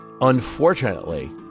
unfortunately